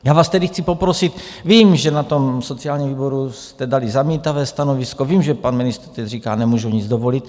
Já vás tedy chci poprosit, vím, že na tom sociálním výboru jste dali zamítavé stanovisko, vím, že pan ministr říká: nemůžu nic dovolit.